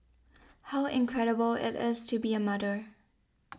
how incredible it is to be a mother